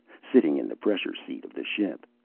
sitting in the pressure seat of the ship.